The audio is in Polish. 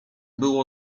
było